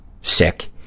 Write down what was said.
sick